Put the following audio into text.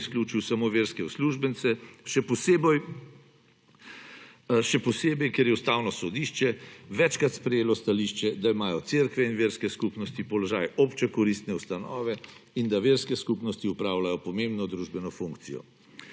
izključil samo verske uslužbence, še posebej, ker je Ustavno sodišče večkrat sprejelo stališče, da imajo Cerkve in verske skupnosti položaj obče koristne ustanove in da verske skupnosti opravljajo pomembno družbeno funkcijo.